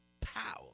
power